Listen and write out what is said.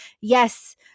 yes